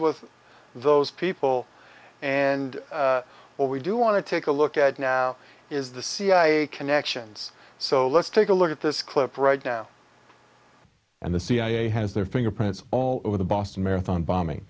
with those people and what we do want to take a look at now is the cia connections so let's take a look at this clip right now and the cia has their fingerprints all over the boston marathon bombing